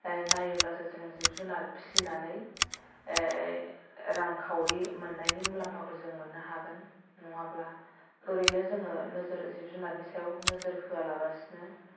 नायोब्लासो जों जिब जुनार फिसिनानै रांखावरि मोननायनि मुलाम्फाखौ जों मोननो हागोन नङाब्ला ओरैनो जोङो नोजोर जिब जुनारनि नोजोर होआलाबासिनो